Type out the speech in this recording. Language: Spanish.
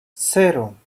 cero